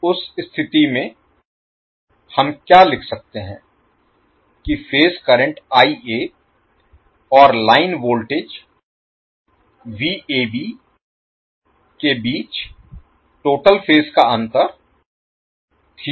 उस स्थिति में हम क्या लिख सकते हैं कि फेज करंट और लाइन वोल्टेज के बीच टोटल फेज का अंतर होगा